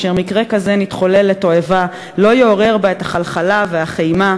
אשר מקרה כזה שנתחולל לתועבה / לא יעורר בה את החלחלה והחמה.